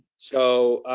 so,